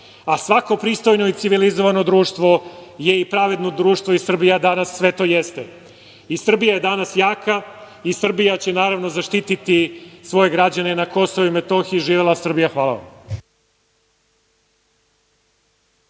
Svako pristojno i civilizovano društvo je i pravedno društvo i Srbija danas sve to jeste. Srbija je danas jaka i Srbija će zaštiti svoje građane na KiM. Živela Srbija. Hvala.